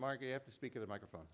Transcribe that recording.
mark you have to speak of the microphone